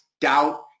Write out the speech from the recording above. doubt